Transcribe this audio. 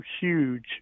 huge